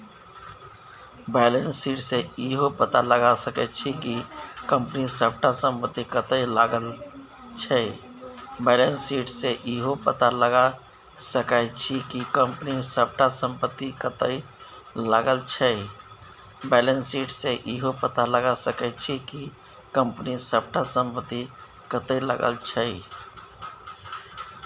balance sheet सँ इहो पता लगा सकै छी कि कंपनी सबटा संपत्ति कतय लागल छै